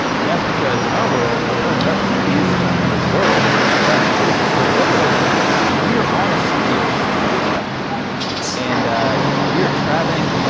and that's because in our world, our point of reference is the world but the world we are on a sphere. if you believe that and we are traveling,